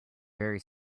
very